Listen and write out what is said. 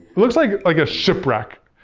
it looks like like a shipwreck.